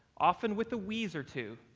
often with a wheezer too,